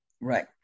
right